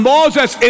Moses